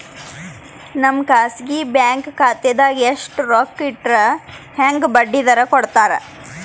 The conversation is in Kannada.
ನಮ್ಮ ಖಾಸಗಿ ಬ್ಯಾಂಕ್ ಖಾತಾದಾಗ ಎಷ್ಟ ರೊಕ್ಕ ಇಟ್ಟರ ಹೆಂಗ ಬಡ್ಡಿ ದರ ಕೂಡತಾರಿ?